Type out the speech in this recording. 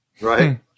Right